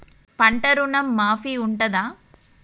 పంట ఋణం మాఫీ ఉంటదా?